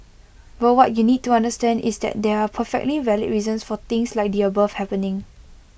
but what you need to understand is that there are perfectly valid reasons for things like the above happening